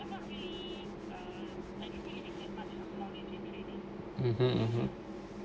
(uh huh)